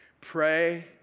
Pray